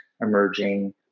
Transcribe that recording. emerging